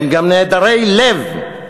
הם גם נעדרי לב,